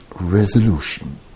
resolution